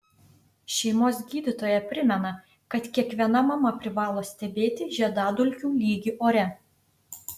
šeimos gydytoja primena kad kiekviena mama privalo stebėti žiedadulkių lygį ore